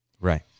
Right